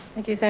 thank you, so